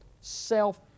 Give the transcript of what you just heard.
self